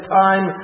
time